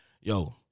Yo